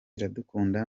iradukunda